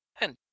and